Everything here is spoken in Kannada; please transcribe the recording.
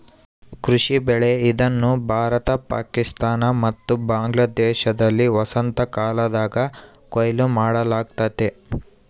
ಕೃಷಿ ಬೆಳೆ ಇದನ್ನು ಭಾರತ ಪಾಕಿಸ್ತಾನ ಮತ್ತು ಬಾಂಗ್ಲಾದೇಶದಲ್ಲಿ ವಸಂತಕಾಲದಾಗ ಕೊಯ್ಲು ಮಾಡಲಾಗ್ತತೆ